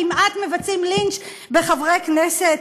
כמעט מבצעים לינץ' בחברי כנסת,